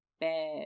bad